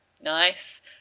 nice